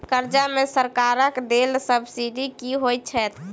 कर्जा मे सरकारक देल सब्सिडी की होइत छैक?